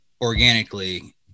organically